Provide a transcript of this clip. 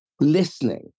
listening